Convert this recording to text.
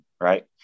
right